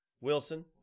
Wilson